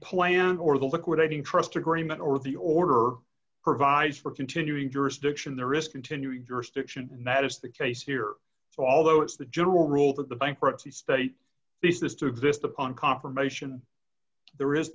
plan or the liquidating trust agreement or the order provides for continuing jurisdiction the risk continue your stiction and that is the case here although it's the general rule that the bankruptcy state basis to exist upon confirmation there is